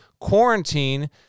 quarantine